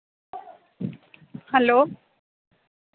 hello